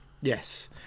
Yes